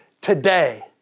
today